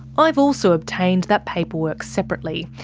i've also obtained that paperwork separately,